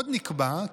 עוד נקבע,